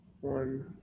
One